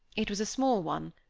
it was a small one.